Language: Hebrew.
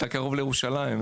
אתה קרוב לירושלים,